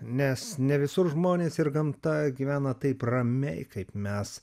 nes ne visur žmonės ir gamta gyvena taip ramiai kaip mes